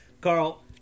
Carl